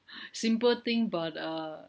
simple thing but err